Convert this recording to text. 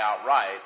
outright